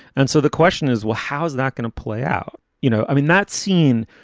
and so the question is, will, how is that going to play out? you know, i mean, not seen,